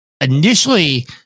initially